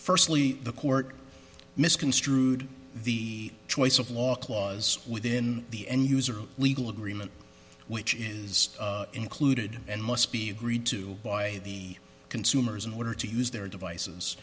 firstly the court misconstrued the choice of law clause within the end user legal agreement which is included and must be agreed to by the consumers in order to use their devices